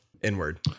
inward